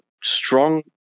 strong